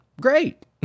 great